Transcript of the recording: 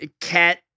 cat